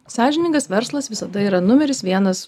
sąžiningas verslas visada yra numeris vienas